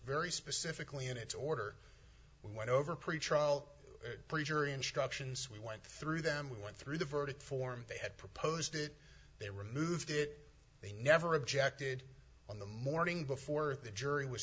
very specifically in its order went over pretty trial preacher instructions we went through them we went through the verdict form they had proposed it they removed it they never objected on the morning before the jury was